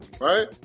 right